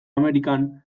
amerikan